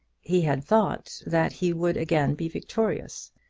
he had thought that he would again be victorious.